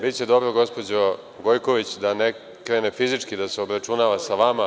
Biće dobro, gospođo Gojković, da ne krene fizički da se obračunava sa vama.